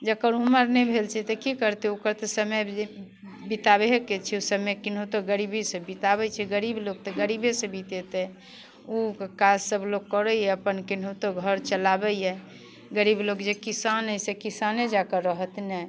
जकर उमर नहि भेल छै तऽ की करतै ओकर तऽ समय जे बिताहेबे के छै उ समय केनाहितो गरीबीसँ बिताबै छै गरीब लोक तऽ गरीबेसँ बितेतै उ काज सभ लोक करैए अपन केनाहितो घर चलाबैये गरीब लोग जे किसान अइ से किसाने जकाँ रहत ने